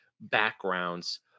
backgrounds